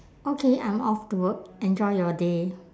okay I'm off to work enjoy your day